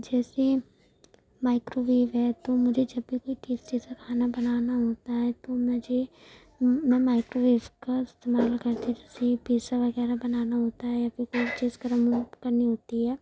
جیسے مایکروویو ہے تو مجھے جب بھی کوئی ٹیسٹی سا کھانا بنانا ہوتا ہے تو مجھے میں مایکروویو کا استعمال کرتی ہوں جیسے پزا وغیرہ بنانا ہوتا ہے پھر کوئی چیز گرم کرنی ہوتی ہے